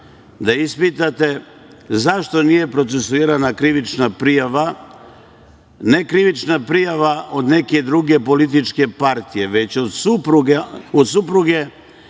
da ispitate zašto nije procesuirana krivična prijava, ne krivična prijava od neke druge političke partije, već od supruge